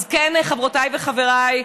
אז, כן, חברותיי וחבריי,